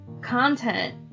content